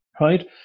right